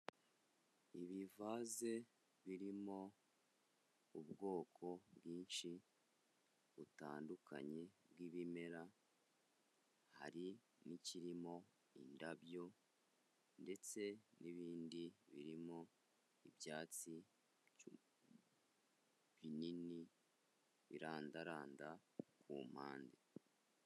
Ibivaze birimo ubwoko bwinshi butandukanye bw'ibimera, hari n'ikirimo indabyo. Ndetse n'ibindi birimo ibyatsi binini birandaranda ku mpande.